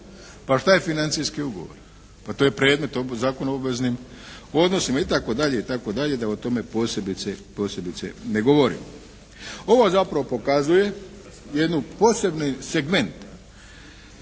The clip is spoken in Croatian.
Pa šta je financijski ugovor? Pa to je predmet Zakona o obveznim odnosima. I tako dalje i tako dalje da o tome posebice, posebice ne govorimo. Ovo zapravo pokazuje jednu posebni segment